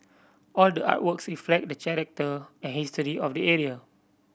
all the artworks reflect the character and history of the area